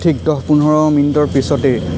ঠিক দহ পোন্ধৰ মিনিটৰ পিছতেই